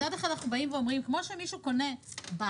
מצד אחד אנחנו באים ואומרים: כמו שמישהו קונה בית,